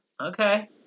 Okay